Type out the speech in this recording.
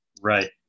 right